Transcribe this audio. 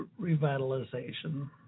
Revitalization